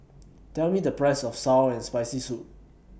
Tell Me The Price of Sour and Spicy Soup